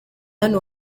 hano